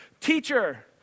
Teacher